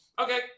Okay